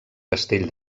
castell